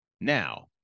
Now